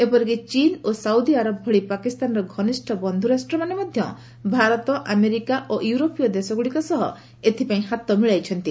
ଏପରିକି ଚୀନ ଓ ସାଉଦୀ ଆରବ ଭଳି ପାକିସ୍ତାନର ଘନିଷ୍ଠ ବନ୍ଧୁରାଷ୍ଟ୍ରମାନେ ମଧ୍ୟ ଭାରତ ଆମେରିକା ଓ ୟୁରୋପୀୟ ଦେଶଗୁଡ଼ିକ ସହ ଏଥିପାଇଁ ହାତ ମିଳାଇଛନ୍ତି